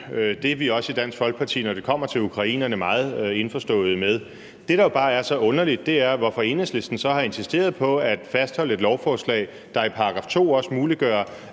Det er vi i Dansk Folkeparti, når det kommer til ukrainerne, også meget indforståede med. Det, der jo bare er så underligt, er, hvorfor Enhedslisten så har insisteret på at fastholde et lovforslag, der i § 2 også muliggør,